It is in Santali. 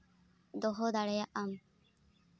ᱫᱚᱦᱚ ᱫᱟᱲᱮᱭᱟᱜ ᱟᱢ